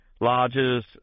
lodges